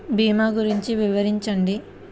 భీమా గురించి వివరించండి?